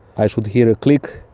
i should hear a click.